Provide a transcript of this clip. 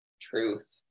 truth